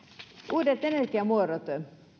uudet energiamuodot